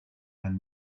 ein